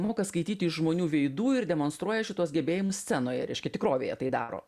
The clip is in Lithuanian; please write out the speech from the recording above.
moka skaityti iš žmonių veidų ir demonstruoja šituos gebėjimus scenoje reiškia tikrovėje tai daro